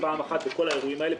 פעם אחת של כל האירועים האלה.